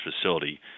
facility